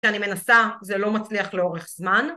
שאני מנסה זה לא מצליח לאורך זמן